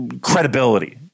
credibility